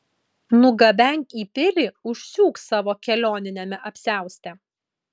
nugabenk į pilį užsiūk savo kelioniniame apsiauste